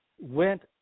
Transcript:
went